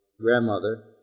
grandmother